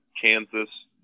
Kansas